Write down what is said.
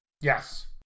Yes